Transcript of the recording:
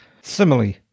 simile